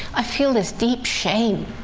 i feel this deep shame,